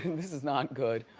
this is not good,